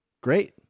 Great